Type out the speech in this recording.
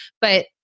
But-